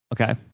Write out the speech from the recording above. Okay